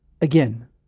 again